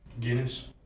Guinness